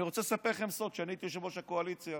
אני רוצה לספר לכם סוד: כשאני הייתי יושב-ראש הקואליציה